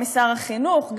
גם משר החינוך,